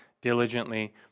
diligently